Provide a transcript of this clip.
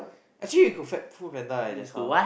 actually we could at FoodPanda eh just now